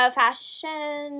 fashion